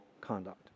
conduct